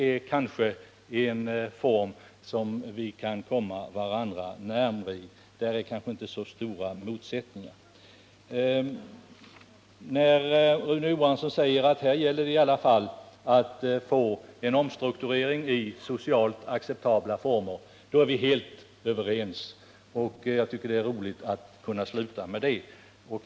När det gäller en sådan samarbetsform kanske våra uppfattningar kan komma att närma sig varandra, eftersom den inte inrymmer så stora motsättningar. Rune Johansson sade vidare att det gäller att få till stånd en omstrukturering i socialt acceptabla former, och på den punkten är vi helt överens. Jag tycker att det är roligt att kunna sluta med detta konstaterande.